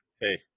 Hey